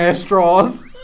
straws